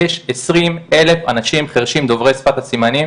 יש עשרים אלף אנשים חרשים דוברי שפת הסימנים,